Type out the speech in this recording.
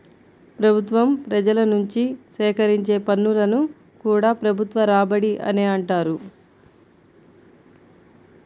ప్రభుత్వం ప్రజల నుంచి సేకరించే పన్నులను కూడా ప్రభుత్వ రాబడి అనే అంటారు